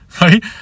Right